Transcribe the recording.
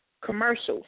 commercials